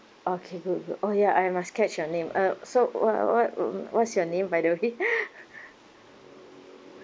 okay good good oh ya I must catch your name uh so what what what what's your name by the way